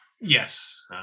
Yes